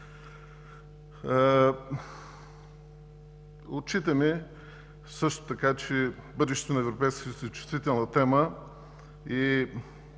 Отчитаме също така, че бъдещето на Европейския съюз е чувствителна тема и